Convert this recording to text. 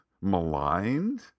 maligned